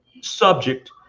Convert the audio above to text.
subject –